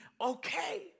okay